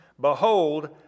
Behold